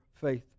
faith